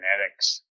genetics